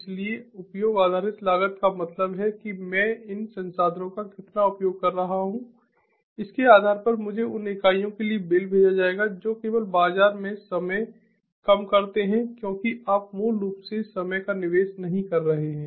इसलिए उपयोग आधारित लागत का मतलब है कि मैं इन संसाधनों का कितना उपयोग कर रहा हूं इसके आधार पर मुझे उन इकाइयों के लिए बिल भेजा जाएगा जो केवल बाजार में समय कम करते हैं क्योंकि आप मूल रूप से समय का निवेश नहीं कर रहे हैं